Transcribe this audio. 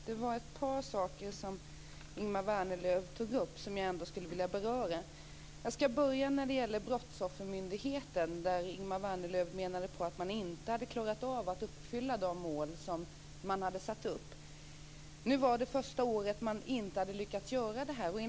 Herr talman! Ingemar Vänerlöv tog upp ett par saker som jag skulle vilja beröra. Jag ska börja med Brottsoffermyndigheten, där Ingemar Vänerlöv menade att man inte hade klarat av att uppfylla de mål som man hade satt upp. Nu var det första året man inte hade lyckats göra det.